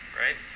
right